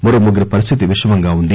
మరో ముగ్గురి పరిస్లితి విషమంగా ఉంది